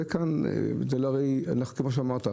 כמו שאמרת,